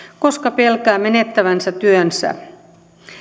koska pelkää menettävänsä työnsä